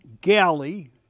galley